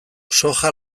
soja